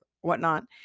whatnot